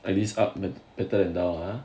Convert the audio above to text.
at least up much better then down ah